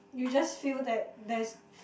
you just feel that there's